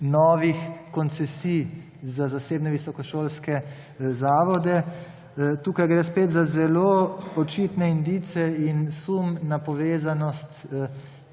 novih koncesij za zasebne visokošolske zavode. Tukaj gre spet za zelo očitne indice in sum na povezanost